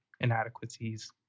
inadequacies